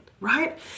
right